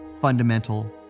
fundamental